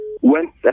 Went